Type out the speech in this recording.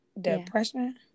depression